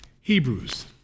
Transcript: Hebrews